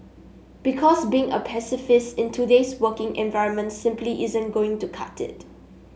because being a pacifist in today's working environment simply isn't going to cut it